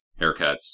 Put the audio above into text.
haircuts